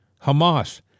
Hamas